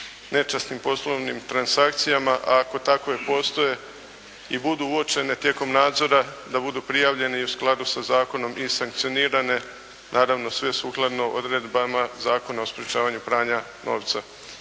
nečasnim poslovnim transakcijama, a ako takve i postoje i budu uočene tijekom nadzora da budu prijavljeni i u skladu sa zakonom i sankcionirane, naravno sve sukladno odredbama Zakona o sprječavanju pranja novca.